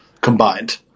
combined